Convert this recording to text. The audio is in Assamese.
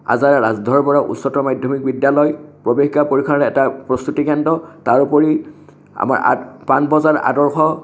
আজাৰা ৰাজধৰ বৰা উচ্চতৰ মাধ্যমিক বিদ্যালয় প্ৰৱেশিক্ষা পৰীক্ষাৰ এটা প্ৰস্তুতি কেন্দ্ৰ তাৰোপৰি আমাৰ আদ্ পানবজাৰ আদৰ্শ